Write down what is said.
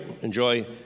enjoy